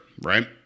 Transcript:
Right